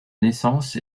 naissance